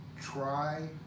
Try